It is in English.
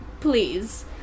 please